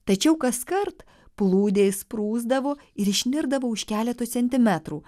tačiau kaskart plūdė išsprūsdavo ir išnirdavo už keleto centimetrų